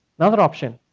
another option,